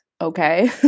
okay